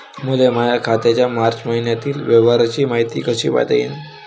मले माया खात्याच्या मार्च मईन्यातील व्यवहाराची मायती कशी पायता येईन?